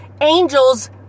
Angels